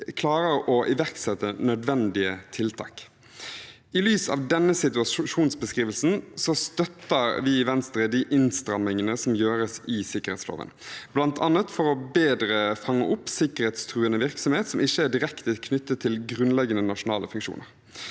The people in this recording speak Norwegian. klarer å iverksette nødvendige tiltak. I lys av denne situasjonsbeskrivelsen støtter vi i Venstre de innstrammingene som gjøres i sikkerhetsloven bl.a. for bedre å fange opp sikkerhetstruende virksomhet som ikke er direkte knyttet til grunnleggende nasjonale funksjoner.